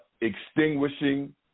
extinguishing